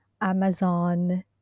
Amazon